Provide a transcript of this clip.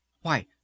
Why